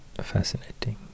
fascinating